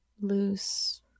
Loose